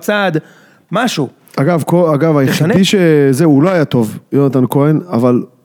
צעד, משהו. אגב, אגב היחידי שזה אולי הטוב יונתן כהן אבל